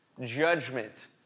judgment